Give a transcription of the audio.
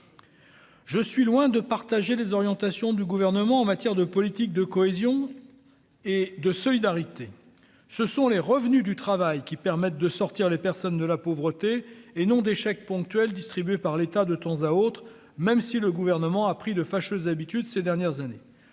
je suis loin de partager les orientations du gouvernement en matière de politique de cohésion et de solidarité, ce sont les revenus du travail qui permettent de sortir les personnes de la pauvreté et non d'échec ponctuel distribuées par l'état de temps à autre, même si le gouvernement a pris 2 fâcheuse habitude ces dernières années,